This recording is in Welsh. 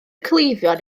cleifion